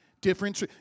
Different